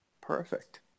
Perfect